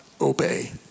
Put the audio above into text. obey